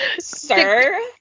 Sir